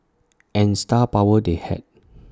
and star power they had